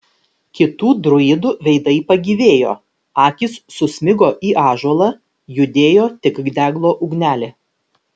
kitų druidų veidai pagyvėjo akys susmigo į ąžuolą judėjo tik deglo ugnelė